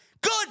Good